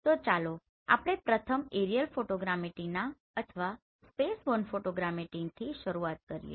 તો ચાલો આપણે પ્રથમ એરીયલ ફોટોગ્રામેટ્રી અથવા સ્પેસબોર્ન ફોટોગ્રામેટ્રીથી શરૂઆત કરીએ